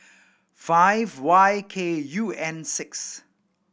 five Y K U N six